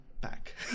back